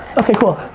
okay, cool.